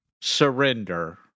surrender